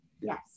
Yes